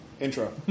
Intro